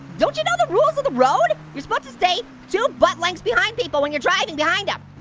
don't you know the rules of the road? you're supposed to stay two butt lengths behind people when you're driving behind them.